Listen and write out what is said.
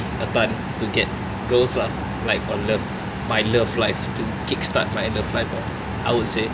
a part to get girls lah like a love my love life to kickstart my love life I would say